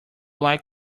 like